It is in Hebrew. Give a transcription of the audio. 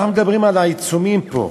אנחנו מדברים על העיצומים פה,